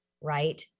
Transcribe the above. right